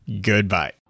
goodbye